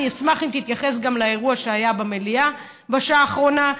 אני אשמח אם תתייחס גם לאירוע שהיה במליאה בשעה האחרונה.